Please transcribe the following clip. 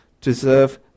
deserve